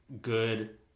good